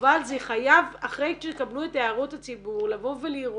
אבל אחרי שתקבלו את הערות הציבור חייבים לבוא ולראות